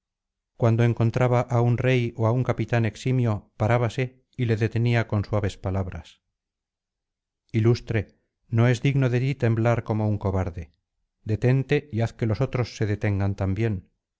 cuando encontraba á un rey ó á un capitán eximio parábase y le detenía con suaves palabras ilustre no es digno de ti temblar como un cobarde detente y haz que los otros se detengan también